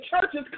churches